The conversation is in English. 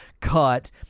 cut